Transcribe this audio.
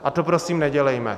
A to prosím nedělejme.